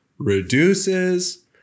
Reduces